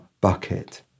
bucket